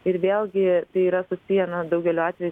ir vėlgi tai yra susiję na daugeliu atvejų